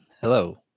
hello